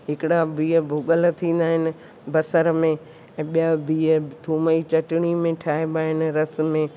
हिकिड़ा बीह भुॻल थींदा आहिनि बसर में ऐं ॿिया बीह थूम ई चटिणी में ठाहिबा आहिनि रस में